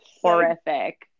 horrific